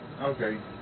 Okay